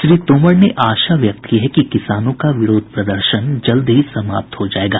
श्री तोमर ने आशा व्यक्त की है कि किसानों का विरोध प्रदर्शन जल्द ही समाप्त हो जाएगा